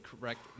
correct